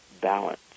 balance